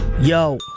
Yo